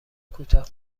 کوتاه